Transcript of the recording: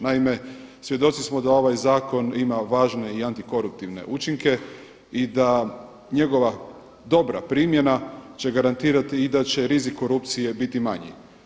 Naime svjedoci smo da ovaj zakon ima važne i antikorumptivne učinke i da njegova dobra primjena će garantirati i da će rizik korupcije biti manji.